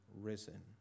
risen